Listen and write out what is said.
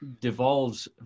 devolves